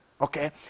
okay